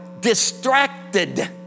distracted